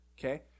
okay